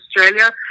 Australia